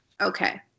Okay